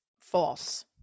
false